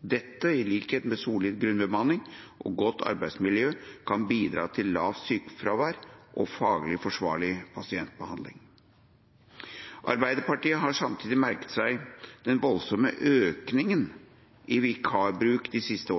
Dette, i likhet med solid grunnbemanning og godt arbeidsmiljø, kan bidra til lavt sykefravær og faglig forsvarlig pasientbehandling. Arbeiderpartiet har samtidig merket seg den voldsomme økningen i vikarbruk de siste